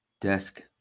desk